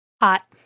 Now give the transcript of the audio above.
Hot